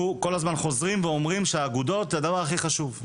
אנחנו כל הזמן חוזרים ואומרים שהאגודות הן הדבר הכי חשוב.